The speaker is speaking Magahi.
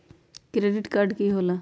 क्रेडिट कार्ड की होला?